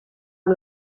amb